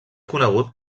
conegut